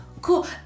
cool